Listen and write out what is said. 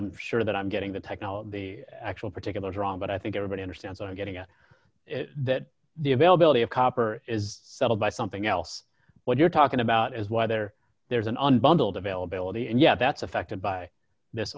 i'm sure that i'm getting the technology the actual particulars wrong but i think everybody understands are getting out that the availability of copper is settled by something else what you're talking about is whether there's an on bundled availability and yeah that's affected by this